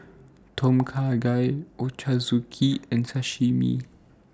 Tom Kha Gai Ochazuke and Sashimi